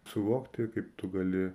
suvokti kaip tu gali